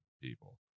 people